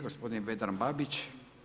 Gospodin Vedran Babić.